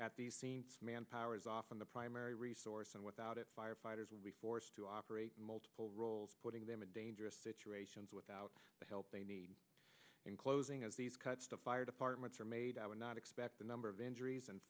at the scene manpower is often the primary resource and without it firefighters will be forced to operate multiple roles putting them in dangerous situations without the help they need in closing as these cuts to fire departments are made i would not expect the number of injuries and